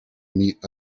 meet